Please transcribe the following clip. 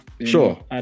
Sure